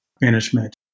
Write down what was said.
management